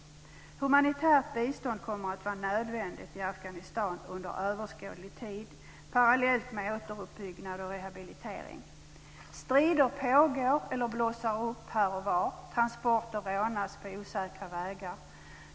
Humanitärt bistånd kommer att vara nödvändigt i Afghanistan under överskådlig tid, parallellt med återuppbyggnad och rehabilitering. Strider pågår eller blossar upp här och var. Transporter rånas på osäkra vägar.